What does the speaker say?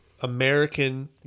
American